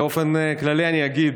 באופן כללי אני אגיד